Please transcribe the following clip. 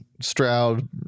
Stroud